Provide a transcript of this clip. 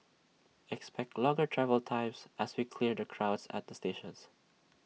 expect longer travel times as we clear the crowds at the stations